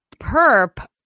perp